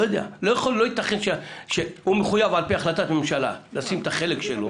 לא ייתכן שהוא מחויב על פי החלטת ממשלה לשים את החלק שלו,